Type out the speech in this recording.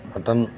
mutton